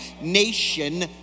nation